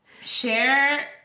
share